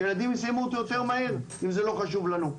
שהילדים יסיימו אותו יותר מהר אם זה לא חשוב לנו.